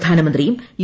പ്രധാനമന്ത്രിയും യു